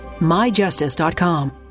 myjustice.com